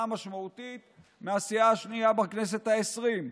משמעותית מהסיעה השנייה בכנסת העשרים.